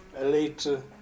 Later